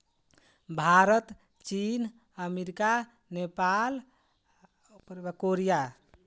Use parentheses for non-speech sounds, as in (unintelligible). भारत चीन America Nepal (unintelligible) Korea